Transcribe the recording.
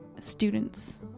students